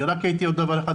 אני הייתי רק מוסיף דבר אחד,